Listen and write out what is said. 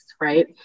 right